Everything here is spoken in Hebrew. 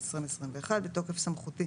2021 בתוקף סמכותי